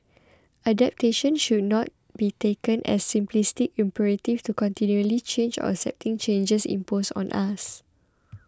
adaptation should not be taken as the simplistic imperative to continually change or accepting changes imposed on us